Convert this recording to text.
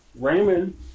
Raymond